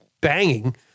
banging